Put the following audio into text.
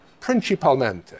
principalmente